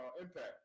impact